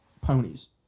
ponies